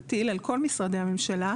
תטיל על כל משרדי הממשלה,